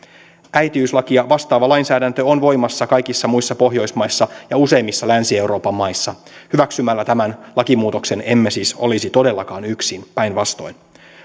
äitiyslakia vastaava lainsäädäntö on voimassa kaikissa muissa pohjoismaissa ja useimmissa länsi euroopan maissa hyväksymällä tämän lakimuutoksen emme siis olisi todellakaan yksin päinvastoin